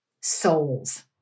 souls